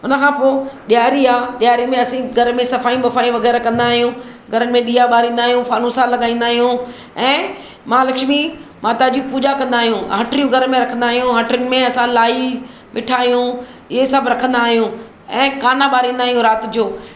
उनखां पोइ ॾियारी आहे ॾियारी में असीं घर में सफ़ाईयूं ॿफ़ाईयूं वग़ैरह कंदा आहियूं घरनि में ॾीआ ॿारींदा आहियूं फानूसा लॻाईंदा आहियूं ऐं महालक्ष्मी माताजी पूॼा कंदा आहियूं हटड़ियूं घर में रखंदा आहियूं हटड़ियूं में असां लाई मिठाइयूं हीउ सभु रखंदा आहियूं ऐं काना ॿारींदा आहियूं रातिजो